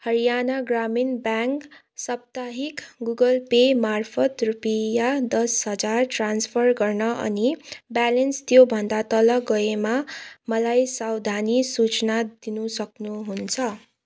हरियाणा ग्रामीण ब्याङ्क साप्ताहिक Google Pay मार्फत् रुपियाँ दस हजार ट्रान्सफर गर्न अनि ब्यालेन्स त्योभन्दा तल गएमा मलाई सावधानी सूचना दिन सक्नुहुन्छ